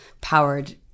powered